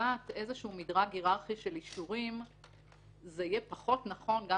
שקובעת איזשהו מדרג היררכי של אישורים יהיה פחות נכון גם